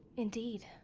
indeed.